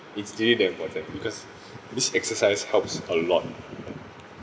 it's really that important because this exercise helps a lot